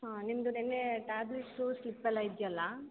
ಹಾಂ ನಿಮ್ಮದು ನಿನ್ನೆ ಟ್ಯಾಬ್ಲಿಟ್ಸು ಸ್ಲಿಪ್ ಎಲ್ಲ ಇದೆಯಲ್ಲ